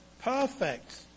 perfect